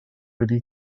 wedi